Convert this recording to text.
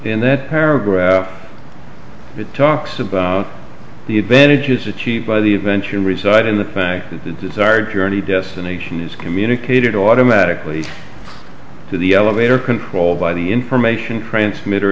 in that paragraph it talks about the advantages achieved by the adventure reside in the fact that the desired journey destination is communicated automatically to the elevator control by the information transmit